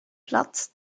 platz